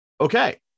Okay